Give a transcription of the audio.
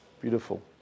Beautiful